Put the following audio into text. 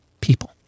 people